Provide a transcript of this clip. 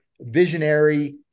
visionary